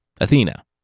Athena